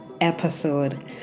episode